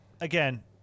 again